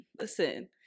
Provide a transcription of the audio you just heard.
listen –